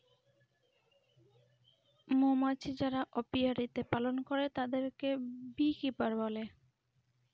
মৌমাছি যারা অপিয়ারীতে পালন করে তাদেরকে বী কিপার বলে